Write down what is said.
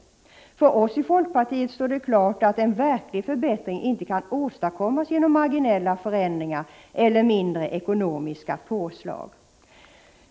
115 För oss i folkpartiet står det klart att en verklig förbättring inte kan åstadkommas genom marginella förändringar eller mindre ekonomiska påslag.